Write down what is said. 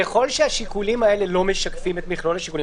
ככל שהשיקולים האלה לא משקפים את מכלול השיקולים,